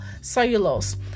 cellulose